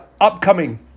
upcoming